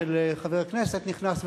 של חבר כנסת נכנס,